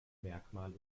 merkmal